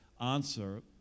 answer